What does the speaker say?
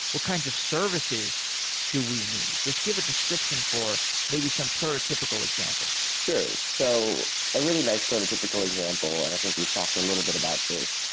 what kinds of services do we need? just give a description for maybe some prototypical example. sure. so a really nice prototypical example, and i think we talked a little bit about this,